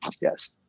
yes